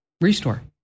restore